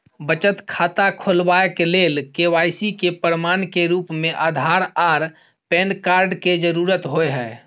बचत खाता खोलाबय के लेल के.वाइ.सी के प्रमाण के रूप में आधार आर पैन कार्ड के जरुरत होय हय